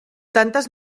tantes